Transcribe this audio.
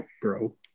bro